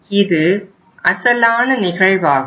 இது அசலான நிகழ்வாகும்